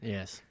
Yes